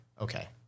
okay